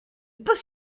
peut